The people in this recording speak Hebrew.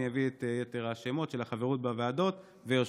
אני אביא את יתר השמות של החברות בוועדות ויושבי-הראש.